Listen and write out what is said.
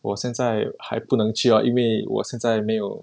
我现在还不能去了因为我现在没有